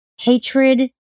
hatred